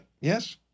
yes